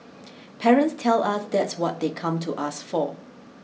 parents tell us that's what they come to us for